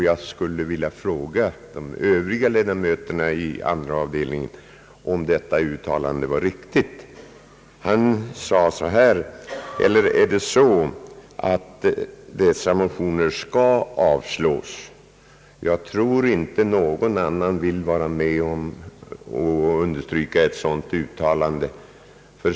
Jag vill fråga de övriga ledamöterna i andra avdelningen, om detta uttalande är riktigt. Han sade så här: »Eller ingår det i spelreglerna, herr talman, att man skall avstyrka sådana här motioner?» Jag tror inte att det finns någon som vill understryka ett sådant uttalande.